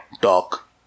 talk